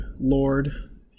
lord